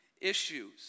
issues